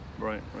Right